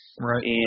Right